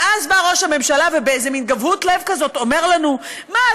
ואז בא ראש הממשלה ובאיזו מין גבהות לב כזאת אומר לנו: מה,